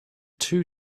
two